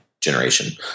generation